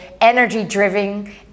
energy-driven